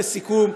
לסיכום,